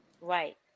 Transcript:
Right